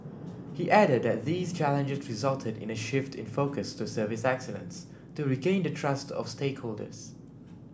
he added that these challenges resulted in a shift in focus to service excellence to regain the trust of stakeholders